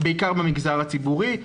או בעיקר במגזר הציבורי,